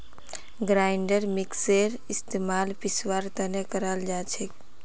grinder मिक्सरेर इस्तमाल पीसवार तने कराल जाछेक